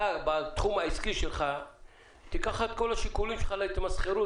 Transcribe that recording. אתה בתחום העסקי שלך תיקח את השיקולים להתמסחרות